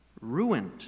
Ruined